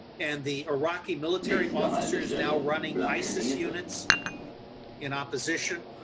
and the iraqi military officers now running isis units in opposition.